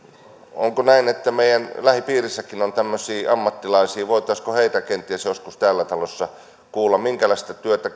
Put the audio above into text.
onko näin että meidän lähipiirissämmekin on tämmöisiä ammattilaisia voitaisiinko heitä kenties joskus täällä talossa kuulla minkälaista työtä